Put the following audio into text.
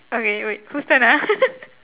okay wait whose turn ah